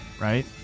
right